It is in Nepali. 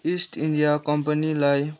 इस्ट इन्डिया कम्पनीलाई